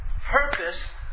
purpose